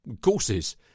Courses